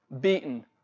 beaten